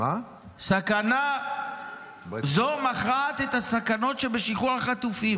סכנה זו "מכרעת את הסכנות שבשחרור מחבלים.